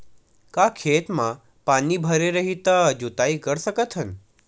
का खेत म पानी भरे रही त जोताई कर सकत हन?